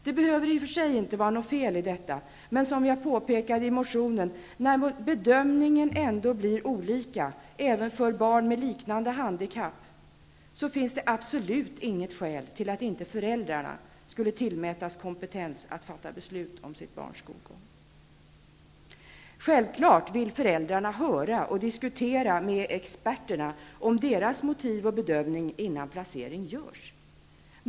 Det behöver i och för sig inte vara något fel i detta, men som jag påpekade i min motion: när bedömningarna ändå blir olika även för barn med liknande handikapp, finns det absolut inget skäl till att inte föräldrarna skulle tillmätas kompetens att fatta beslut om sitt barns skolgång. Självfallet vill föräldrarna höra och diskutera med experterna om deras motiv och bedöming innan placering görs.